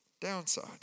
downside